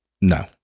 No